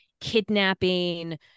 kidnapping